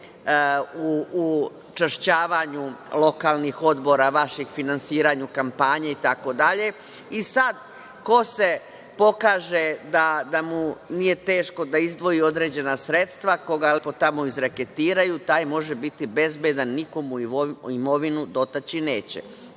u čašćavanju lokalnih odbora vaših, finansiranju kampanje itd. Sad, ko se pokaže da mu nije teško da izdvoji određena sredstva, koga lepo tamo izreketiraju, taj može biti bezbedan, niko mu imovinu dotaći neće.